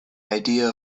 idea